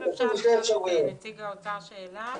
אני רוצה לשאול את נציג האוצר שאלה: